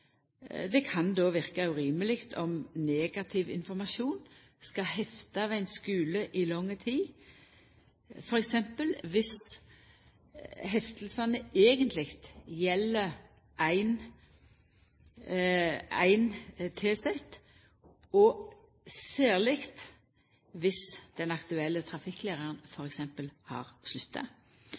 Det kan då verka urimeleg om negativ informasjon skal hefta ved ein skule i lang tid, dersom f.eks. dette eigentleg gjeld ein tilsett, og særleg dersom den aktuelle trafikklæraren f.eks. har slutta.